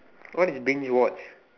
what is being watched